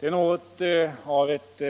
Det är något av ett